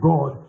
God